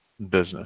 business